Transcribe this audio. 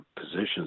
positions